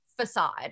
facade